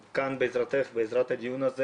בעזרתך, בעזרת הדיון הזה